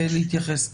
להתייחס.